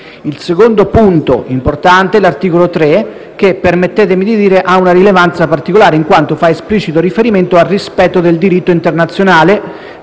Il secondo punto importante, l'articolo 3 - permettetemi di dire - ha una rilevanza particolare, in quanto fa esplicito riferimento al rispetto del diritto internazionale,